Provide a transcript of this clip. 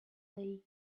day